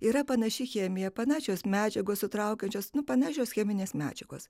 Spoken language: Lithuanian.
yra panaši chemija panašios medžiagos sutraukiančios nu panašios cheminės medžiagos